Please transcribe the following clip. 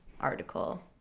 article